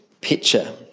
picture